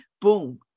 boom